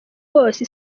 wose